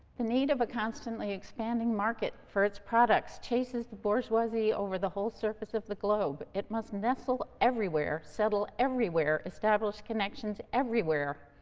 the need of a constantly expanding market for its products chases the bourgeoisie over the whole surface of the globe. it must nestle everywhere, settle everywhere, establish connections everywhere.